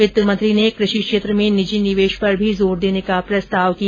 वित्त मंत्री ने कृषि क्षेत्र में निजी निवेश पर भी जोर देने का प्रस्ताव किया